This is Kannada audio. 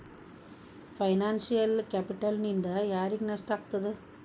ಫೈನಾನ್ಸಿಯಲ್ ಕ್ಯಾಪಿಟಲ್ನಿಂದಾ ಯಾರಿಗ್ ನಷ್ಟ ಆಗ್ತದ?